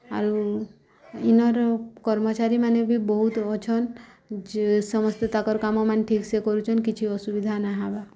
ଆରୁ ଇନର୍ କର୍ମଚାରୀମାନେ ବି ବହୁତ୍ ଅଛନ୍ ଯେ ସମସ୍ତେ ତାକର୍ କାମମାନେ ଠିକ୍ସେ କରୁଚନ୍ କିଛି ଅସୁବିଧା ନା ହେବା